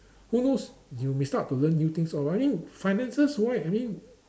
who knows you may start to learn new things lor I mean finances wise I mean